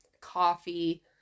coffee